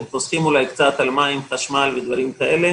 הם חוסכים אולי קצת על מים וחשמל ודברים כאלה,